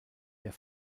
der